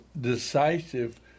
decisive